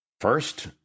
First